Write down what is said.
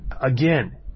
Again